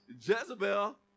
jezebel